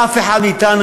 אף אחד מאתנו,